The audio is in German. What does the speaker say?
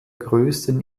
größten